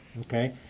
Okay